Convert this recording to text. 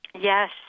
Yes